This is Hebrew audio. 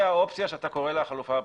האופציה שאתה קורא לה החלופה הפרטית,